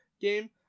game